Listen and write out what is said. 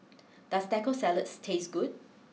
does Taco Salad taste good